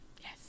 Yes